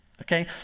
okay